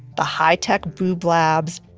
the high tech boob labs,